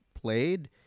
played